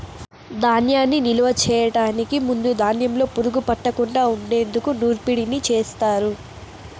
ధాన్యాన్ని నిలువ చేయటానికి ముందు ధాన్యంలో పురుగు పట్టకుండా ఉండేందుకు నూర్పిడిని చేస్తారు